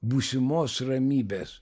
būsimos ramybės